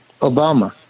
Obama